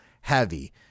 heavy